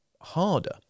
harder